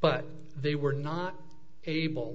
but they were not able